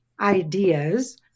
ideas